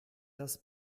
das